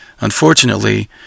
Unfortunately